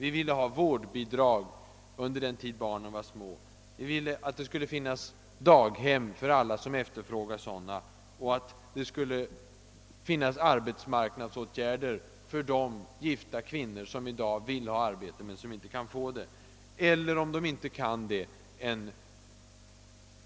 Vi ville ha vårdbidrag under den tid barnen var små. Vi ville att det skulle finnas daghem för alla som efterfrågar sådana, att det skulle vidtas arbetsmarknadsåtgärder för de gifta kvinnor som vill ha arbete men som inte kan få det samt att en